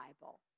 Bible